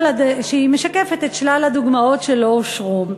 שמשקפת את שלל הדוגמאות שלא אושרו.